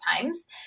times